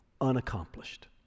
unaccomplished